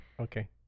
Okay